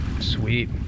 Sweet